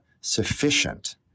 sufficient